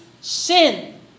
sin